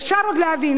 אפשר עוד להבין.